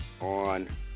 On